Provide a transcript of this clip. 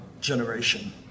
generation